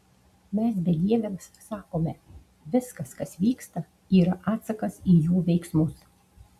mes bedieviams sakome viskas kas vyksta yra atsakas į jų veiksmus